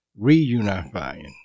reunifying